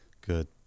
Good